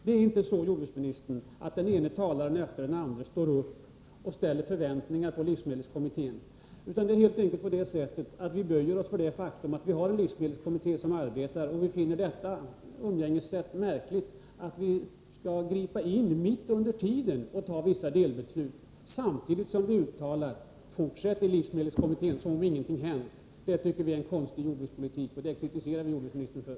Det är inte så, herr jordbruksminister, att den ena talaren efter den andra ställer förväntningar på livsmedelskommittén, utan vi böjer oss helt enkelt för det faktum att det finns en livsmedelskommitté som arbetar. Vi anser att det är ett märkligt umgängessätt att vi skall gripa in under tiden och ta vissa delbeslut samtidigt som vi uttalar att livsmedelskommittén skall fortsätta som om ingenting hänt. Det tycker vi är en konstig jordbrukspolitik, och det kritiserar vi jordbruksministern för.